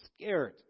scared